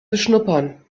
beschnuppern